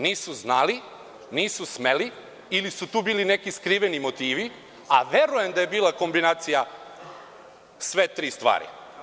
Nisu znali, nisu smeli ili su tu bili neki skriveni motivi, a verujem da je bila kombinacija sve tri stvari.